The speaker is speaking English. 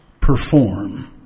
perform